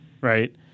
right